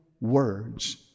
words